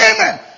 amen